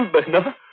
the silver,